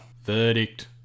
Verdict